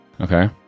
okay